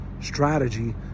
strategy